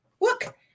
Look